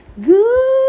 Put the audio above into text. good